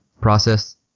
process